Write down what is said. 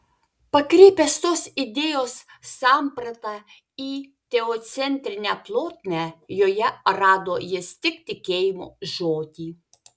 pakreipęs tos idėjos sampratą į teocentrinę plotmę joje rado jis tik tikėjimo žodį